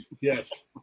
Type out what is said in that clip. yes